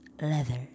leather